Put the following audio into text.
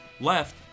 left